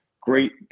great